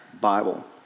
Bible